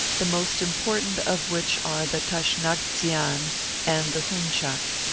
the most important of which are the tashnagtzian and the hun chak.